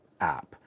app